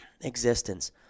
existence